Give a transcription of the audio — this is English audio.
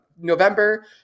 November